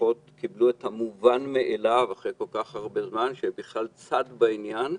המשפחות קיבלו את המובן מאליו אחרי כל כך הרבה זמן: שהן בכלל צד בעניין.